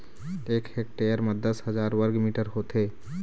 एक हेक्टेयर म दस हजार वर्ग मीटर होथे